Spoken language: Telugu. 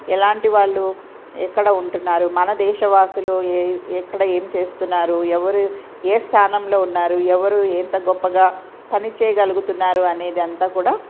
ఎలాంటి వాళ్ళు ఎక్కడ ఉంటున్నారు మన దేశవాసులు ఏ ఎక్కడ ఏం చేస్తున్నారు ఎవరు ఏ స్థానంలో ఉన్నారు ఎవరు ఎంత గొప్పగా పని చేయగలుగుతున్నారు అనేది అంతా కూడా